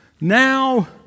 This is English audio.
now